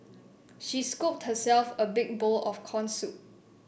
she scooped herself a big bowl of corn soup